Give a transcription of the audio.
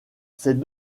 ces